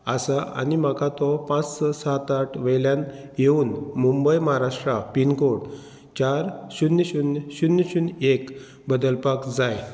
आसा आनी म्हाका तो पांच स सात आठ वेल्यान येवन मुंबय महाराष्ट्रा पिनकोड चार शुन्य शुन्य शुन्य शुन्य एक बदलपाक जाय